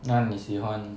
那你喜欢